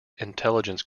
intelligence